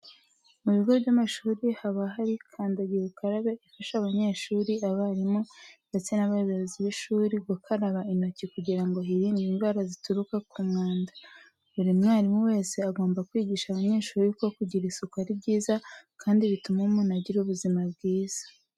Mu bigo by'amashuri haba hari kandagira ukarabe ifasha abanyeshuri, abarimu ndetse n'abayobozi b'ishuri gukaraba intoki kugira ngo hirindwe indwara zituruka ku mwanda. Buri mwarimu wese agomba kwigisha abanyeshuri ko kugira isuku ari byiza kandi bituma umuntu agira ubuzima bwiza.